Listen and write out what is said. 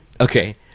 Okay